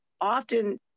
often